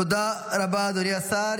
תודה רבה, אדוני השר.